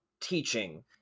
teaching